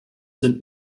sind